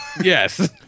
Yes